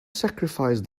sacrifice